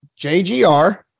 JGR